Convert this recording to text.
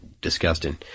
disgusting